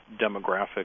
demographic